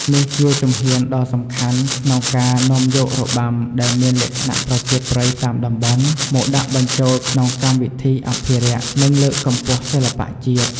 នេះជាជំហានដ៏សំខាន់ក្នុងការនាំយករបាំដែលមានលក្ខណៈប្រជាប្រិយតាមតំបន់ មកដាក់បញ្ចូលក្នុងកម្មវិធីអភិរក្ស និងលើកកម្ពស់សិល្បៈជាតិ។